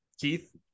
Keith